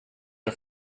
are